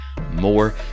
more